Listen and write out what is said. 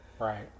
Right